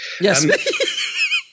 Yes